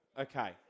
Okay